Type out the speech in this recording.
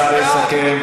השר יסכם.